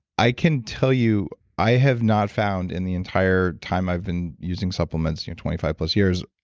i can tell you i have not found in the entire time i've been using supplements, you know twenty five plus years,